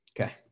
Okay